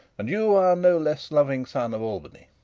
and you, our no less loving son of albany,